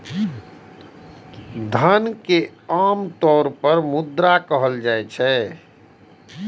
धन कें आम तौर पर मुद्रा कहल जाइ छै